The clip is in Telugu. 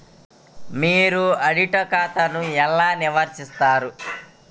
మీరు ఆడిట్ ఖాతాను ఎలా నిర్వహిస్తారు?